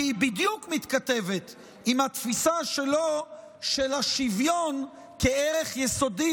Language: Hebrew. כי היא בדיוק מתכתבת עם התפיסה שלו של השוויון כערך יסודי,